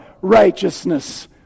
righteousness